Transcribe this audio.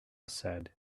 said